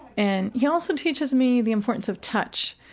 and he also teaches me the importance of touch.